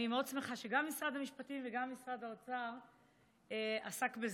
אני מאוד שמחה שגם משרד המשפטים וגם משרד האוצר עסקו בזה.